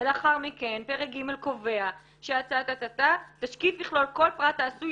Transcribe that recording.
ולאחר מכן פרק ג' קובע שתשקיף יכלול כל פרט העשוי